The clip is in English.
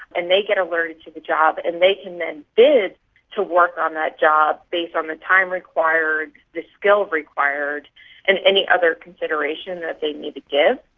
and they get alerted to the job and they can then bid to work on that job based on the time required, the skill required and any other consideration that they need to give.